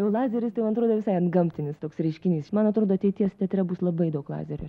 lazeris tai man atrodo visai antgamtinis toks reiškinys man atrodo ateities teatre bus labai daug lazerių